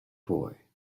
boy